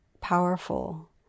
powerful